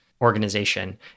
organization